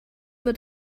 wird